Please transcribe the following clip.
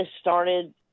started